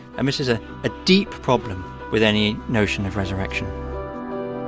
and this is a ah deep problem with any notion of resurrection